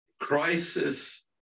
crisis